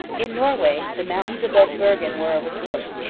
in norway the mountains above bergen were a resort,